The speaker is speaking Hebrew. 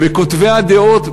וכותבי הדעות,